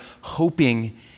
hoping